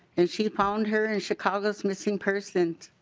and she found her in chicago's missing persons